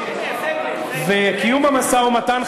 קיום המשא-ומתן,